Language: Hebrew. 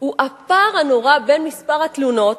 הוא הפער הנורא בין מספר התלונות,